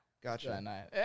Gotcha